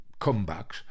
comebacks